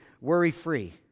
worry-free